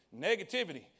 Negativity